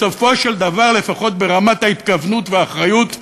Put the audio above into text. בסופו של דבר, לפחות ברמת ההתכוונות והאחריות,